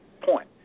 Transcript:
point